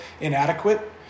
inadequate